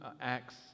Acts